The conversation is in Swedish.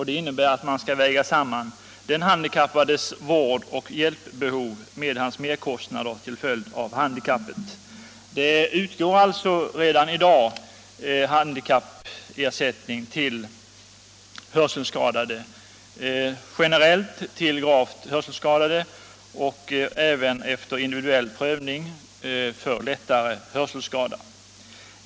Det innebär att man skall väga samman den handikappades vårdoch hjälpbehov med hans merkostnader till följd av handikappet. Det utgår alltså redan i dag handikappersättning till hörsekskadade — generellt till gravt hörselskadade och efter individuell prövning även till personer med lättare hörselskada.